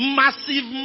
massive